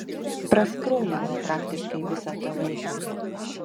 praskrolinau praktiškai visą tą laiką